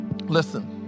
Listen